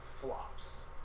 flops